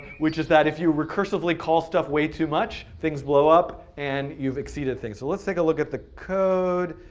which is that if you recursively call stuff way too much, things blow up and you've exceeded things. so let's take a look at the code.